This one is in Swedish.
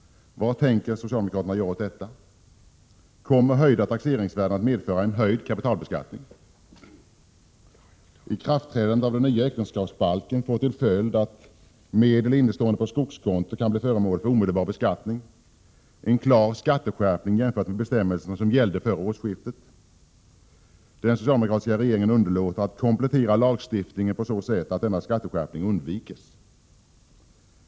Vad tänker socialdemokraterna göra åt detta? Kommer höjda taxeringsvärden att medföra en höjd kapitalbeskattning? Ikraftträdandet av den nya äktenskapsbalken får till följd att medel innestående på skogskonto kan bli föremål för omedelbar beskattning. Det är en klar skatteskärpning jämfört med de bestämmelser som gällde före årsskiftet. Den socialdemokratiska regeringen underlåter att komplettera lagstiftningen, så att denna skatteskärpning undviks.